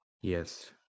Yes